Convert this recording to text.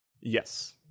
Yes